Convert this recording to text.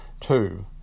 Two